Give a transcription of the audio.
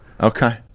Okay